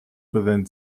within